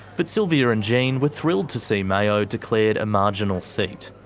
but sylvia and jean were thrilled to see mayo declared a marginal seat.